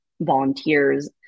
volunteers